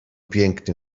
piękny